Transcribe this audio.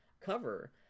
cover